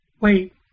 Wait